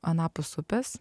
anapus upės